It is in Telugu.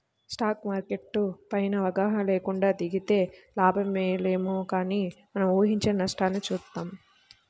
స్టాక్ మార్కెట్టు పైన అవగాహన లేకుండా దిగితే లాభాలేమో గానీ మనం ఊహించని నష్టాల్ని చూత్తాం